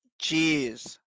Jeez